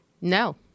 no